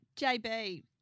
JB